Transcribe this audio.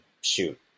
shoot